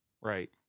Right